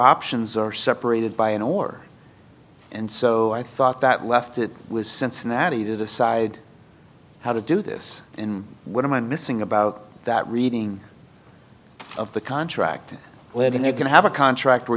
options are separated by an order and so i thought that left it was cincinnati to decide how to do this what am i missing about that reading of the contract when they're going to have a contract where